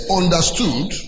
understood